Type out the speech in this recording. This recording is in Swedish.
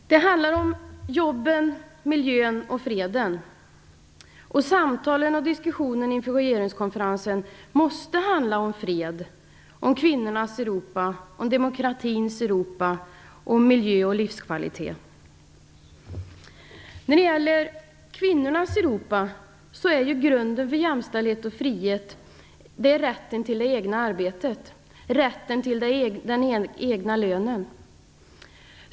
Herr talman! Det handlar om jobben, miljön och freden. Samtalen och diskussionen inför regeringskonferensen måste handla om fred, om kvinnornas Europa, om demokratins Europa och om miljö och livskvalitet. När det gäller kvinnornas Europa är grunden för jämställdhet och frihet rätten till det egna arbetet, rätten till den egna lönen.